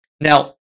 Now